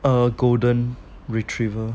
a golden retriever